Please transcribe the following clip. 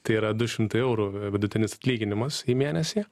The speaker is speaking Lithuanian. tai yra du šimtai eurų vidutinis atlyginimas į mėnesį